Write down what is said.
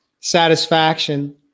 satisfaction